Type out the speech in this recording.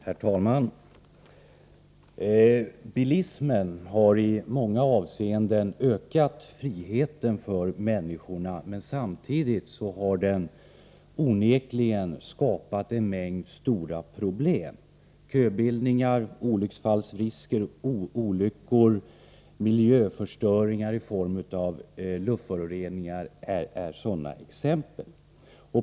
Herr talman! Bilismen har i många avseenden ökat friheten för människorna, men samtidigt har den onekligen skapat en mängd stora problem. Köbildningar, olyckor och olycksfallsrisker samt miljöförstöring i form av luftförorening är sådana exempel.